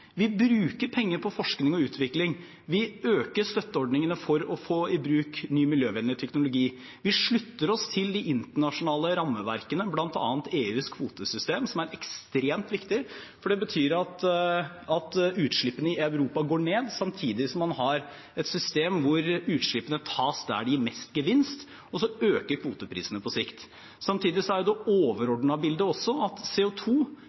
Vi bruker penger på forskning og utvikling, vi øker støtteordningene for å få i bruk ny miljøvennlig teknologi, vi slutter oss til de internasjonale rammeverkene, bl.a. EUs kvotesystem, som er ekstremt viktig, for det betyr at utslippene i Europa går ned, samtidig som man har et system hvor utslippene tas der det gir mest gevinst, og så øker kvoteprisene på sikt. Samtidig er det overordnede bildet også at